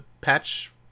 patch